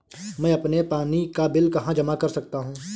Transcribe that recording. मैं अपने पानी का बिल कहाँ जमा कर सकता हूँ?